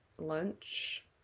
lunch